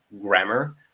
grammar